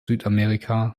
südamerika